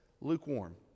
lukewarm